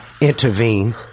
intervene